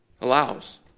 allows